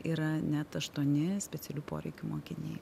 yra net aštuoni specialių poreikių mokiniai